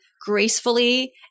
gracefully